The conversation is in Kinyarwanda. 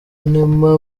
neema